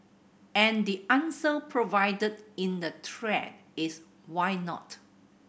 and the answer provided in the thread is why not